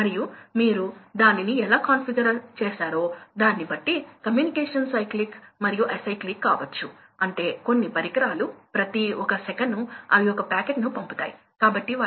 మేము మీకు చూపించబోతున్నాం మేము కేవలం అదే సూత్రాన్ని వర్తింపజేస్తున్నాము ఏమి జరుగుతుందంటే Q1 100 వద్ద మనకు 35 HP అవసరం ఉందని గుర్తుంచుకోండి కాబట్టి Q1 80 Q2 80 HP అవసరం 35 x 0